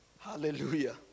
Hallelujah